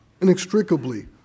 inextricably